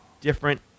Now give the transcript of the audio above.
different